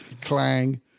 Clang